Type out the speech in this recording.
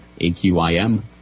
AQIM